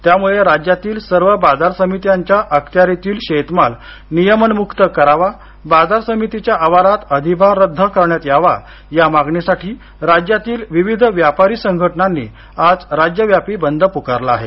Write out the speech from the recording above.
त्यामुळे राज्यातील सर्व बाजार समित्यांच्या अखत्यारीतील शेतमाल नियमनमुक्त करावा बाजार समितीच्या आवारात अधिभार रद्द करण्यात यावा या मागणीसाठी राज्यातील विविध व्यापारी संघटनांनी आज राज्यव्यापी बंद पुकारला आहे